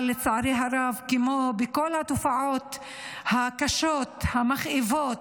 אבל לצערי הרב, כמו בכל התופעות הקשות, המכאיבות,